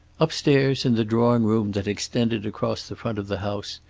upstairs, in the drawing-room that extended across the front of the house,